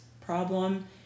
problem